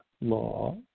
law